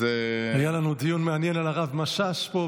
אז היה לנו דיון מעניין על הרב משאש פה,